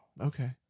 Okay